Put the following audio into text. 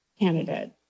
candidate